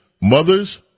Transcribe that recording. mothers